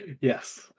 Yes